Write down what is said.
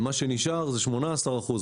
מה שנשאר זה 18 אחוזים,